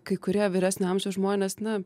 kai kurie vyresnio amžiaus žmonės na